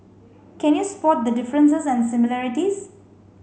can you spot the differences and similarities